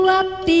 up